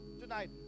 Tonight